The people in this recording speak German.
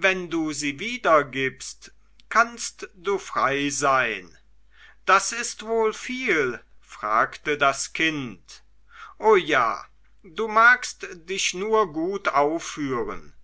wenn du sie wiedergibst kannst du frei sein das ist wohl viel fragte das kind o ja du magst dich nur gut aufführen